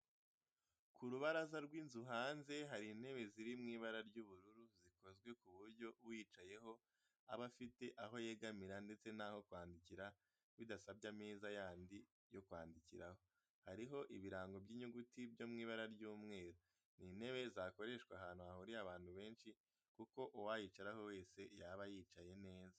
Ku rubaraza rw'inzu hanze hari intebe ziri mu ibara ry'ubururu zikozwe ku buryo uyicayeho aba afite aho yegamira ndetse n'aho kwandikira bidasabye ameza yandi yo kwandikiraho, hariho ibirango by'inyuguti byo mu ibara ry'umweru. Ni intebe zakoreshwa ahantu hahuriye abantu benshi kuko uwayicaraho wese yaba yicaye neza.